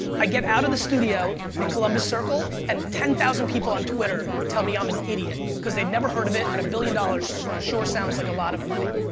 i get out of the studio in columbus circle and ten thousand people on twitter tell me i'm an idiot because they'd never heard of it, and a billion dollars sure sounds like a lot of money.